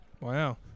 Wow